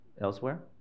elsewhere